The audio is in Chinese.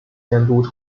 监督